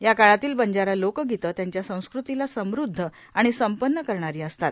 याकाळातील बंजारा लोकगीतं त्यांच्या संस्कृतीला समृद्ध आणि संपन्न करणारी असतात